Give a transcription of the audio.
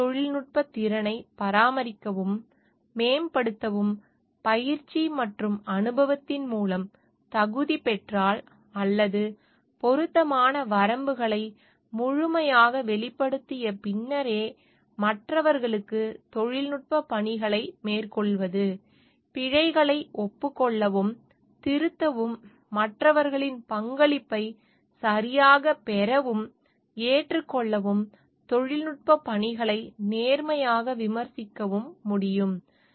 நம் தொழில்நுட்பத் திறனைப் பராமரிக்கவும் மேம்படுத்தவும் பயிற்சி மற்றும் அனுபவத்தின் மூலம் தகுதி பெற்றால் அல்லது பொருத்தமான வரம்புகளை முழுமையாக வெளிப்படுத்திய பின்னரே மற்றவர்களுக்கு தொழில்நுட்ப பணிகளை மேற்கொள்வது பிழைகளை ஒப்புக்கொள்ளவும் திருத்தவும் மற்றவர்களின் பங்களிப்பை சரியாகப் பெறவும் ஏற்றுக்கொள்ளவும் தொழில்நுட்பப் பணிகளை நேர்மையாக விமர்சிக்கவும் முடியும்